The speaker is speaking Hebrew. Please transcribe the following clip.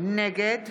נגד